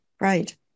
right